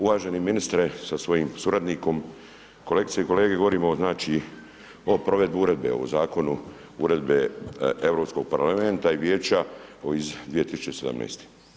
Uvaženi ministre sa svojim suradnikom, kolegice i kolege, govorimo znači o provedbi uredbe o zakonu uredbe Europskog parlamenta i vijeća iz 2017.